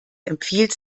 empfiehlt